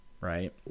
right